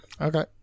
Okay